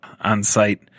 on-site